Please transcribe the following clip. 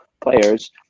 players